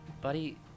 buddy